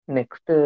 Next